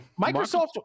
Microsoft